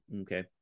Okay